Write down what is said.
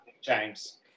James